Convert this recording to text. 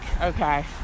Okay